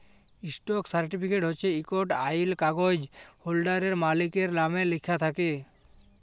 stock certificate হছে ইকট আইল কাগ্যইজ হোল্ডারের, মালিকের লামে লিখ্যা থ্যাকে